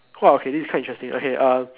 !wah! okay this is quite interesting okay uh